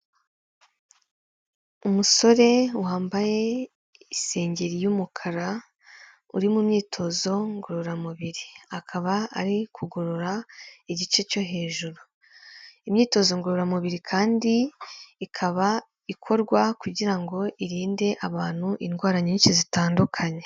Umusore wambaye isengeri y'umukara uri mu myitozo ngororamubiri akaba ari kugorora igice cyo hejuru, imyitozo ngororamubiri kandi ikaba ikorwa kugira ngo irinde abantu indwara nyinshi zitandukanye.